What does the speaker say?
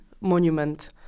monument